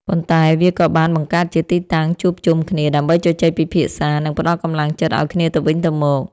ប៉ុន្តែវាក៏បានបង្កើតជាទីតាំងជួបជុំគ្នាដើម្បីជជែកពិភាក្សា និងផ្ដល់កម្លាំងចិត្តឱ្យគ្នាទៅវិញទៅមក។